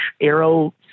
arrow